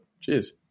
Cheers